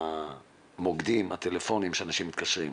המוקדים, הטלפונים שאנשים מתקשרים,